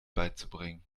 beizubringen